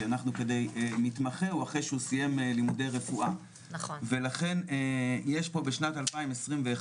כי מתמחה הוא אחרי שהוא סיים לימודי רפואה ולכן יש פה בשנת 2021,